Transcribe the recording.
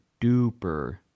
duper